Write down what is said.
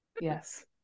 Yes